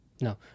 No